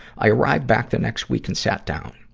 i arrived back the next week and sat down.